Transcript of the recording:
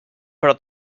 però